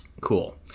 Cool